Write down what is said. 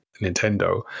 Nintendo